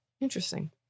interesting